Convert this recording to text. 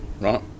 Right